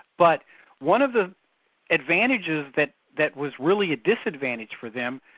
but one of the advantages that that was really a disadvantage for them,